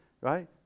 right